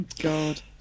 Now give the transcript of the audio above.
God